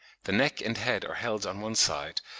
the neck and head are held on one side,